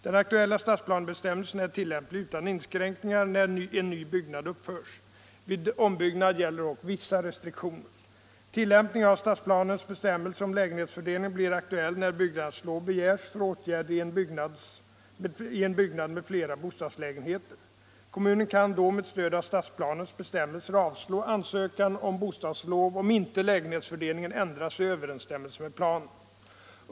Den aktuella stadsplanebestämmelsen är tillämplig utan inskränkningar när en ny byggnad uppförs. Vid ombyggnad gäller dock vissa restriktioner. Tillämpning av stadsplanens bestämmelse om lägenhetsfördelning blir aktuell när byggnadslov begärs för åtgärder i en byggnad med flera bostadslägenheter. Kommunen kan då med stöd av stadsplanens bestämmelser avslå ansökan om byggnadslov om inte lägenhetsfördelningen ändras i överensstämmelse med planen.